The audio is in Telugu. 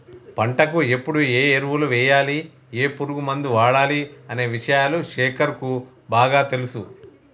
పంటకు ఎప్పుడు ఏ ఎరువులు వేయాలి ఏ పురుగు మందు వాడాలి అనే విషయాలు శేఖర్ కు బాగా తెలుసు